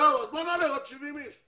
אז בואו נעלה רק 70 אנשים.